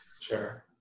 Sure